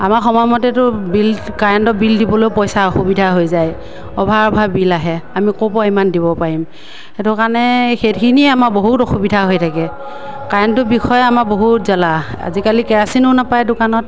আমাৰ সময় মতেতো বিল কাৰেণ্টৰ বিল দিবলৈয়ো পইচা অসুবিধা হৈ যায় অভাৰ অভাৰ বিল আহে আমি ক'ৰপৰা ইমান দিব পাৰিম সেইটো কাৰণে সেইখিনিয়ে আমাৰ বহুত অসুবিধা হৈ থাকে কাৰেণ্টটোৰ বিষয়েই আমাৰ বহুত জালা আজিকালি কেৰাচিনো নাপায় দোকানত